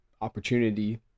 opportunity